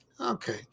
Okay